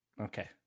okay